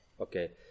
Okay